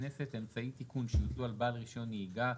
אמצעי תיקון שיוטלו על בעל רישיון נהיגה,